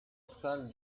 salle